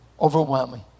Overwhelming